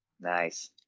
Nice